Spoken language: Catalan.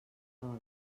dol